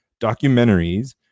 documentaries